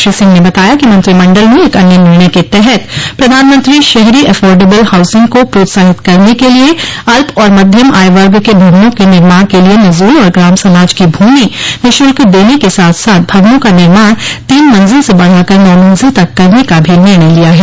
श्री सिंह ने बताया कि मंत्रिमंडल ने एक अन्य निर्णय के तहत प्रधानमंत्री शहरी एफॉरडबिल हाउसिंग को प्रोत्साहित करने के लिए अल्प और मध्यम आय वग के भवनों के निर्माण के लिए नजूल और ग्राम समाज की भूमि निःशुल्क देने के साथ साथ भवनों का निर्माण तीन मंजिल से बढ़ाकर नौ मंजिल तक करने का भी निर्णय लिया है